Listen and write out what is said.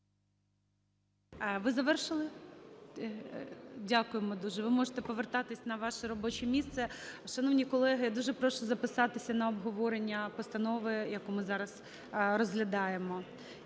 Ви завершили? Дякуємо дуже, ви можете повертатися на ваше робоче місце. Шановні колеги, дуже прошу записатися на обговорення постанови, яку ми зараз розглядаємо.